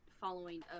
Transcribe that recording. following